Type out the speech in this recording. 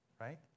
right